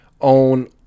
own